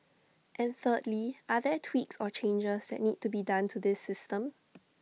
and thirdly are there tweaks or changes that need to be done to this system